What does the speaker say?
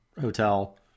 hotel